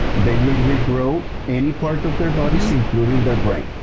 they will regrow any part of their bodies, including their brain,